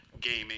gaming